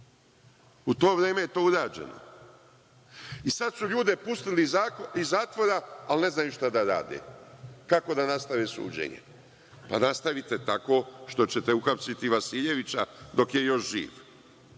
U to vreme je to urađeno. Sada su ljude pustili iz zatvora, ali ne znaju šta da rade, kako da nastave suđenje. Nastavite tako što ćete uhapsiti Vasiljevića dok je još